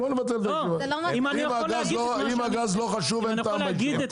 אם הגז לא חשוב, אין טעם בישיבה.